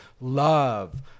love